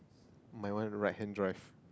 mine one right hand drive